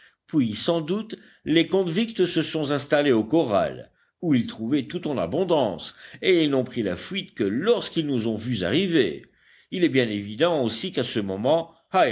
puis sans doute les convicts se sont installés au corral où ils trouvaient tout en abondance et ils n'ont pris la fuite que lorsqu'ils nous ont vus arriver il est bien évident aussi qu'à ce moment